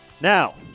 Now